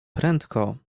prędko